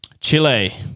Chile